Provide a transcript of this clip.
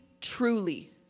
truly